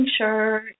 sure